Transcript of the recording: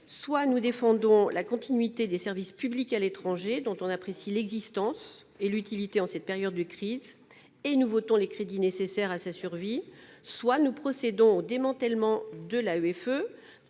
Soit nous défendons la continuité des services publics à l'étranger, dont on peut apprécier l'utilité en cette période de crise, et nous votons les crédits nécessaires à leur survie, soit nous procédons au démantèlement de l'AEFE-